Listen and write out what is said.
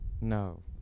No